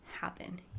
happen